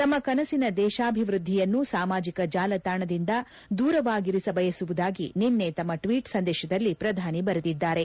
ತಮ್ನ ಕನಸಿನ ದೇಶಾಭಿವೃದ್ದಿಯನ್ನು ಸಾಮಾಜಿಕ ಜಾಲತಾಣದಿಂದ ದೂರವಾಗಿರಿಸ ಬಯಸುವುದಾಗಿ ನಿನ್ನೆ ತಮ್ನ ಟ್ಟೀಟ್ ಸಂದೇಶದಲ್ಲಿ ಪ್ರಧಾನಿ ಬರೆದಿದ್ದಾರೆ